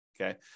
Okay